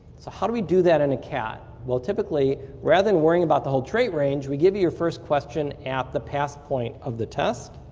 so how do we do that in a cat? typically rather than worrying about the whole trait range, we give you your first question at the pass point of the test.